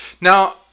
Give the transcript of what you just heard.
Now